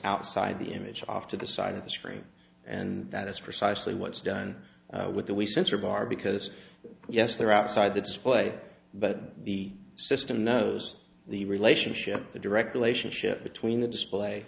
outside the image off to the side of the screen and that is precisely what is done with the we sensor bar because yes they're outside the display but the system knows the relationship the direct relationship between the display